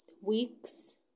weeks